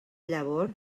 llavor